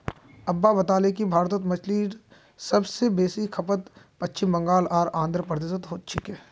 अब्बा बताले कि भारतत मछलीर सब स बेसी खपत पश्चिम बंगाल आर आंध्र प्रदेशोत हो छेक